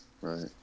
right